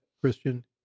Christian